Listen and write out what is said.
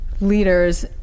leaders